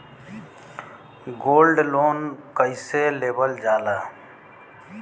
Gold loan कईसे लेवल जा ला?